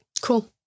Cool